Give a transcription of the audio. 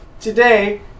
Today